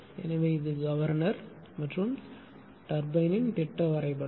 எனவே இது கவர்னர் மற்றும் டர்பைன்யின் திட்ட வரைபடம்